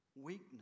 weakness